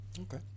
Okay